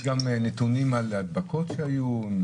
יש גם נתונים על הדבקות שהיו?